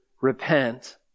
repent